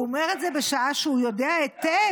והוא אומר את זה בשעה שהוא יודע היטב